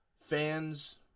fans